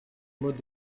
mode